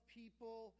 people